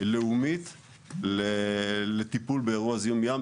לאומית לטיפול באירוע זיהום ים,